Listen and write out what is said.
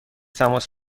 تماس